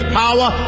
power